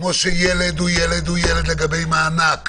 כמו שילד הוא ילד הוא ילד לגבי מענק,